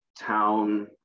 town